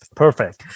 perfect